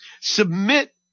Submit